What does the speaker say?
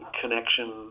connection